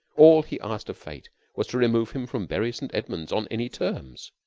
all he asked of fate was to remove him from bury st. edwards on any terms.